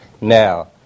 Now